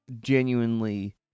genuinely